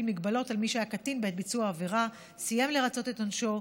מגבלות על מי שהיה קטין בעת ביצוע העבירה וסיים לרצות את עונשו,